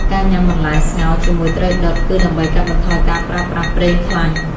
ការញ៉ាំបន្លែស្ងោរជាមួយត្រីដុត គឺដើម្បីកាត់បន្ថយការប្រើប្រាស់ប្រេងខ្លាញ់។